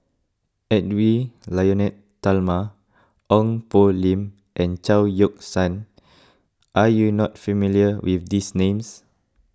Edwy Lyonet Talma Ong Poh Lim and Chao Yoke San are you not familiar with these names